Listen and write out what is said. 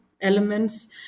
elements